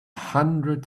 hundred